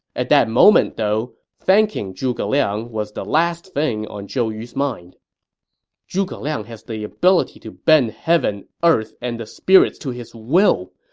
at that moment, however, thanking zhuge liang was the last thing on zhou yu's mind zhuge liang has the ability to bend heaven, earth, and the spirits to his will!